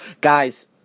Guys